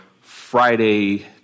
Friday